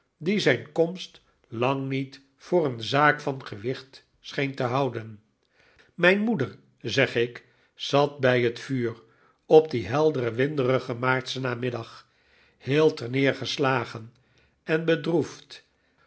die zijn komst lang niet voor een zaak van gewicht scheen te houden mijn moeder zeg ik zat bij het vuur op dien helderen winderigen maartschen namiddag heel terneergeslagen en bedroefd